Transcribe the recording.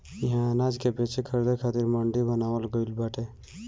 इहा अनाज के बेचे खरीदे खातिर मंडी बनावल गइल बाटे